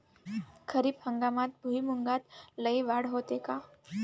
खरीप हंगामात भुईमूगात लई वाढ होते का?